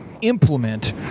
implement